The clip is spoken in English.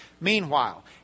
Meanwhile